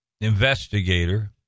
investigator